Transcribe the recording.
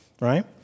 right